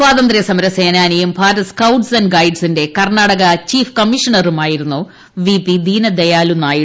സ്വാതന്ത്ര്യസമര സേനാനിയും Bharat scout and ഗൈഡ്സിന്റെ കർണാടക ചീഫ് കമ്മീഷണറുമായിരുന്നു വി പി ദീനദയാലു നായിഡു